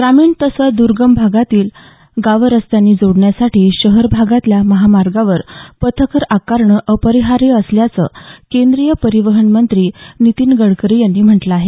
ग्रामीण तसंच दुर्गम भागातली गावं रस्त्यांनी जोडण्यासाठी शहरी भागातल्या महामार्गांवर पथकर आकारणं अपरिहार्य असल्याचं केंद्रीय परिवहन मंत्री नीतीन गडकरी यांनी म्हटलं आहे